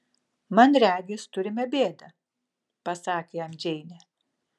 man regis turime bėdą pasakė jam džeinė